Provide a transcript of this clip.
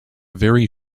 very